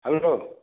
hello